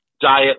diet